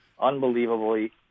unbelievably